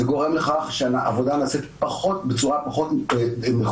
זה גורם לכך שהעבודה נעשית בצורה פחות נכונה,